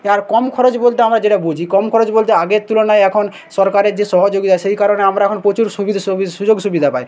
আর কম খরচ বলতে আমরা যেটা বুঝি কম খরচ বলতে আগের তুলনায় এখন সরকারের যে সহযোগিতা সেই কারণে আমরা এখন প্রচুর সুবিধা সুবি সুযোগ সুবিধা পাই